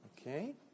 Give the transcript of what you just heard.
Okay